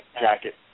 jacket